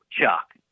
Chuck